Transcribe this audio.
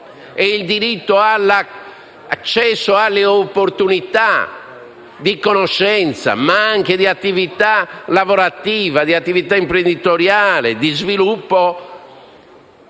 il diritto di accesso alle opportunità di conoscenza, ma anche di attività lavorativa, imprenditoriale e di sviluppo